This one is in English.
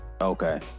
okay